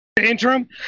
interim